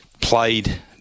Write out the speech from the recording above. played